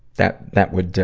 that, that would,